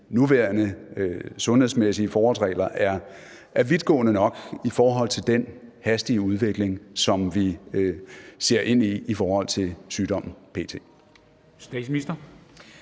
nuværende sundhedsmæssige forholdsregler er vidtgående nok i forhold til den hastige udvikling, som vi ser ind i i forhold til sygdommen